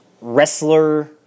wrestler